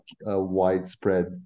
widespread